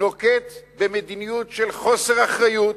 נוקט מדיניות של חוסר אחריות,